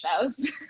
shows